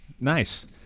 nice